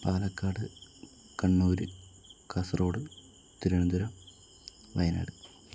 Palakkad Kannur Kasaragod Thiruvananthapuram Wayanad